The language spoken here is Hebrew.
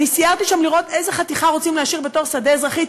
אני סיירתי שם לראות איזו חתיכה רוצים להשאיר בתור שדה אזרחי.